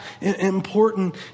important